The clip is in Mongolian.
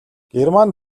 герман